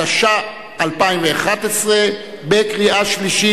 התשע"א 2011, בקריאה שלישית.